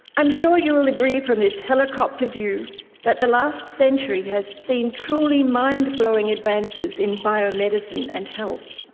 i am sure you'll agree from this helicopter view that the last century has seen truly mind-blowing advances in biomedicine and health,